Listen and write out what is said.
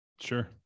Sure